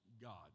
God